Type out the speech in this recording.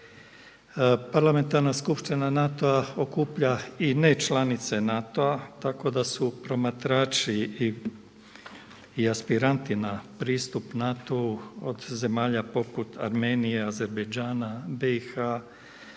Parlamentarna skupština NATO-a okuplja i nečlanice NATO-a tako da su promatrači i aspiranti na pristup NATO-u od zemalja poput Armenije, Azerbajdžana, BIH,